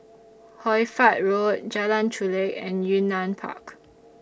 Hoy Fatt Road Jalan Chulek and Yunnan Park